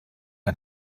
ein